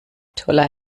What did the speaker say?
toller